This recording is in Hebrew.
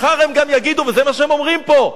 מחר הם גם יגידו, וזה מה שהם אומרים פה,